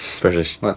British